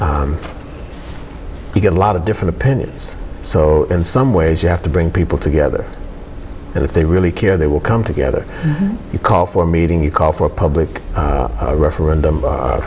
you get a lot of different opinions so in some ways you have to bring people together and if they really care they will come together you call for a meeting you call for public referendum